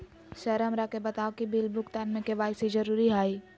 Sir हमरा के बताओ कि बिल भुगतान में के.वाई.सी जरूरी हाई?